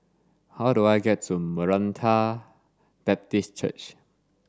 how do I get to Maranatha Baptist Church